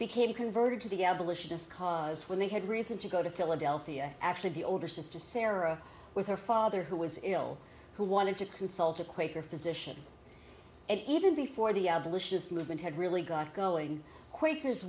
became converted to the evolutionist cause when they had reason to go to philadelphia actually the older sister sarah with her father who was ill who wanted to consult a quaker physician and even before the abolitionist movement had really got going quakers